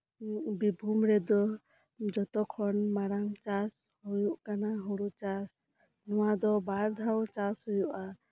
ᱵᱤᱨᱵᱷᱩᱢ ᱨᱮᱫᱚ ᱡᱚᱛᱚ ᱠᱷᱚᱱ ᱢᱟᱨᱟᱝ ᱪᱟᱥ ᱦᱩᱭᱩᱜ ᱠᱟᱱᱟ ᱦᱩᱲᱩ ᱪᱟᱥ ᱱᱚᱣᱟ ᱫᱚ ᱵᱟᱨ ᱫᱷᱟᱣ ᱪᱟᱥ ᱦᱩᱭᱩᱜᱼᱟ